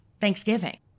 Thanksgiving